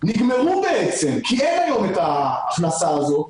נגמרו בעצם כי אין היום את ההכנסה הזו,